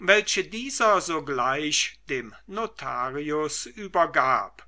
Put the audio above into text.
welche dieser sogleich dem notarius übergab